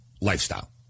lifestyle